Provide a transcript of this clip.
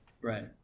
right